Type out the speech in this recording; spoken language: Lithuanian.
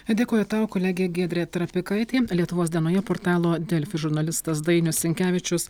dėkoju tau kolegė giedrė trapikaitė lietuvos dienoje portalo delfi žurnalistas dainius sinkevičius